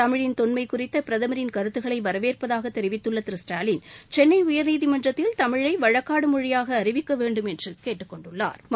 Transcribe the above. தமிழின் தொன்மைகுறித்தபிரதமரின் கருத்துகளைவரவேற்பதாகதெரிவித்துள்ளதிரு ஸ்டாலின் சென்னைஉயர்நீதிமன்றத்தில் தமிழைவழக்காடுமொழியாகஅறிவிக்கவேண்டும் என்றுகேட்டுக்கொண்டுள்ளாா்